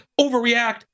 overreact